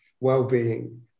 well-being